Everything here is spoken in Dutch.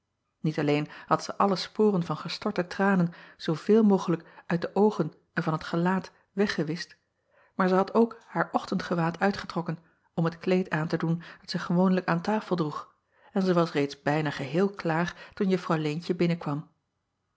iet alleen had zij alle sporen van gestorte tranen zooveel mogelijk uit de oogen en van t gelaat weggewischt maar zij had ook haar ochtendgewaad uitgetrokken om het kleed aan te doen dat zij gewoonlijk aan tafel droeg en zij was reeds bijna geheel klaar toen uffrouw eentje binnenkwam